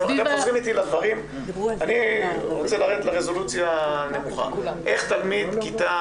אני רוצה לרדת לרזולוציה הנמוכה, איך תלמיד כיתה